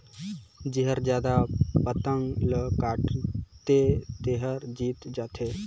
जेहर जादा पतंग ल काटथे तेहर जीत जाथे